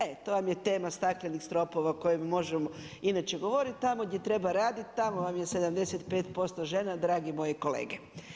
E, to vam je tema staklenih stropova o kojoj možemo inače govoriti, tamo gdje treba raditi, tamo vam je 75% žena, dragi moji kolege.